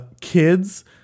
kids